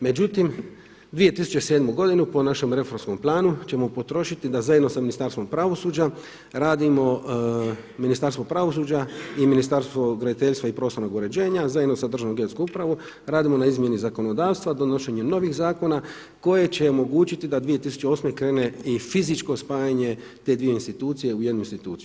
Međutim, 2007. godinu po našem reformskom planu ćemo potrošiti da zajedno sa Ministarstvom pravosuđa radimo Ministarstvo pravosuđa i Ministarstvo graditeljstva i prostornog uređenja zajedno s Državnom geodetskom upravom, radimo na izmjeni zakonodavstva, donošenja novih zakona koje će omogućiti da 2008. krene i fizičko spajanje te dvije institucije u jednu instituciju.